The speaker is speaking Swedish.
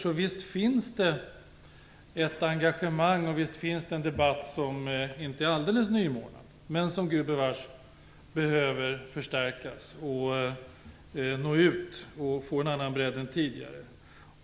Så visst finns det ett engagemang, och visst finns det en debatt som inte är alldeles nymornad, men som gudbevars behöver förstärkas och nå ut och få en annan bredd än tidigare.